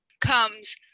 comes